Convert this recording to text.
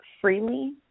freely